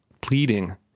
pleading